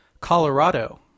Colorado